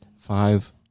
five